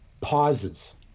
pauses